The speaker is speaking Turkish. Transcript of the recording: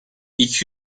iki